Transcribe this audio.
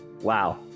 wow